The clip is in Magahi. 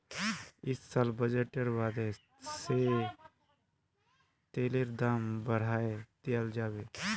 इस साल बजटेर बादे से तेलेर दाम बढ़ाय दियाल जाबे